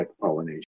pollination